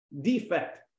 defect